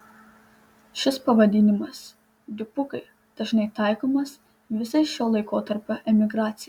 šis pavadinimas dipukai dažnai taikomas visai šio laikotarpio emigracijai